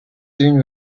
soon